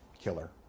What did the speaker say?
killer